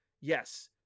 Yes